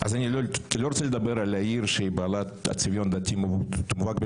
לא דיברתם על 50 מיליון שקלים של